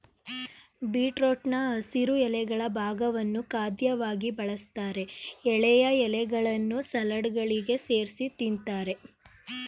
ಬೀಟ್ರೂಟ್ನ ಹಸಿರು ಎಲೆಗಳ ಭಾಗವನ್ನು ಖಾದ್ಯವಾಗಿ ಬಳಸ್ತಾರೆ ಎಳೆಯ ಎಲೆಗಳನ್ನು ಸಲಾಡ್ಗಳಿಗೆ ಸೇರ್ಸಿ ತಿಂತಾರೆ